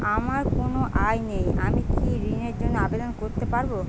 আমার কোনো আয় নেই আমি কি ঋণের জন্য আবেদন করতে পারব?